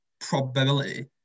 probability